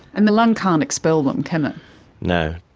and the lung can't expel them, can it? no.